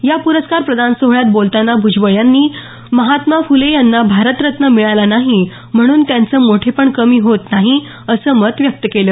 या पुरस्कार प्रदान सोहळ्यात बोलताना भुजबळ यांनी महात्मा फुले यांना भारतरत्न मिळाला नाही म्हणून त्यांचं मोठेपण कमी होत नाही असं मत व्यक्त केलं